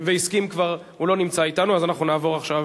הוא לא נמצא אתנו, אז אנחנו נעבור עכשיו